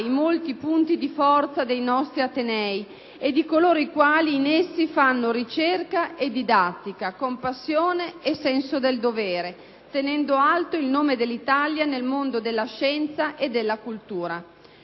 i molti punti di forza dei nostri atenei e di coloro i quali in essi svolgono ricerca e didattica con passione e senso del dovere, tenendo alto il nome dell'Italia nel mondo della scienza e della cultura.